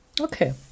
Okay